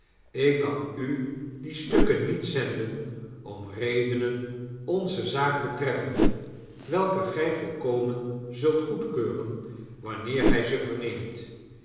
ik kan u die stukken niet zenden om redenen onze zaak betreffende welke gy volkomen zult goedkeuren wanneer gjj ze verneemt